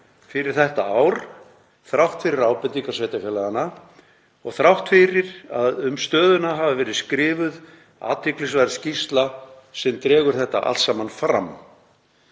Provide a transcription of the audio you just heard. fyrir þetta ár þrátt fyrir ábendingar sveitarfélaganna og þrátt fyrir að um stöðuna hafi verið skrifuð athyglisverð skýrsla sem dregur þetta allt saman fram.